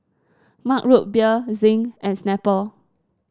Mug Root Beer Zinc and Snapple